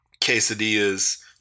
quesadillas